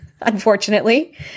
unfortunately